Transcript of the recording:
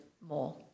more